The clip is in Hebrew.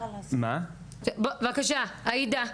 בבקשה עאידה.